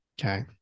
Okay